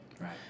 Right